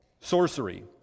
sorcery